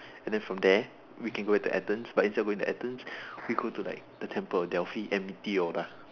and then from there we can go to Athens but instead of going to Athens we can go to temple of delphi and meteora